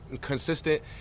consistent